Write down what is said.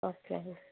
okay అండి